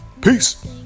Peace